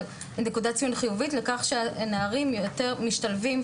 אבל זו נקודת ציון חיובית לכך שנערים יותר משתלבים,